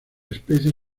especie